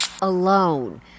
alone